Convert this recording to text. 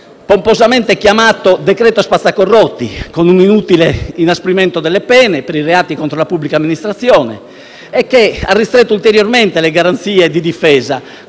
pomposamente chiamato decreto spazza corrotti, con un inutile inasprimento delle pene per i reati contro la pubblica amministrazione e che ha ristretto ulteriormente le garanzie di difesa,